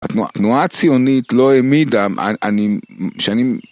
התנועה הציונית לא העמידה שאני.